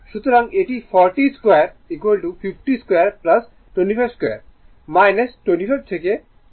সুতরাং এটি 40 square 50 square 25 square 25 থেকে 25 cos theta লিখতে পারেন